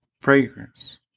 fragrance